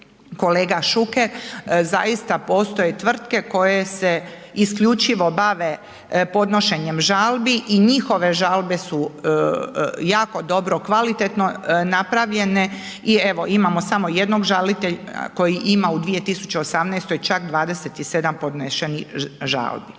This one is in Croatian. kolega Šuker, zaista postoje tvrtke koje se isključivo bave podnošenjem žalbi i njihove žalbe su jako dobro kvalitetno napravljeni i evo imamo samo jednog žalitelja koji ima u 2018. čak 27 podnešenih žalbi.